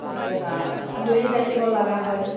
কেতিয়াবা দহি গাঁঠিব লগা হয়